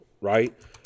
right